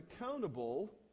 accountable